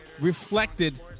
reflected